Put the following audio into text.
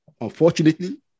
unfortunately